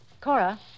Cora